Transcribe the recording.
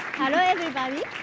hello, everybody.